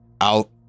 out